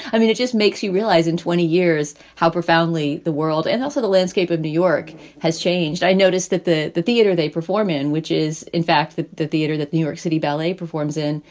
i mean, it just makes you realize in twenty years how profoundly the world and also the landscape of new york has changed. i noticed that the the theater they perform in, which is in fact the theater that new york city ballet performs in,